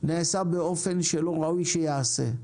נעשה באופן שלא ראוי שייעשה.